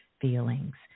feelings